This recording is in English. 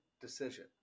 decision